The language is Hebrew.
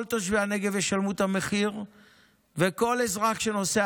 כל תושבי הנגב ישלמו את המחיר וכל אזרח שנוסע